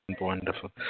Wonderful